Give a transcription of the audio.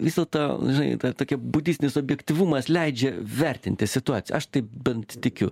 visa ta žinai ta tokia budistinis objektyvumas leidžia vertinti situaciją aš taip bent tikiu